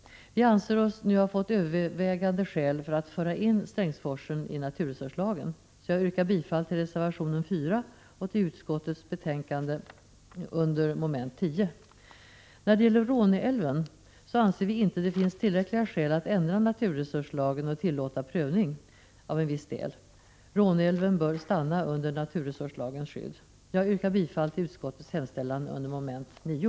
Vi anser oss nu ha fått övervägande skäl för att föra in Strängsforsen i naturresurslagen. Jag yrkar bifall till reservation 4 och till utskottets hemställan i betänkan 125 det under moment 10. När det gäller Råneälven anser vi inte att det finns tillräckliga skäl att ändra naturresurslagen och tillåta prövning av en viss del. Råneälven bör kvarstå under naturresurslagens skydd. Jag yrkar bifall till utskottets hemställan under moment 9.